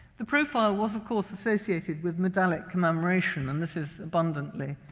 the profile was, of course, associated with modalic commemoration, and this is abundantly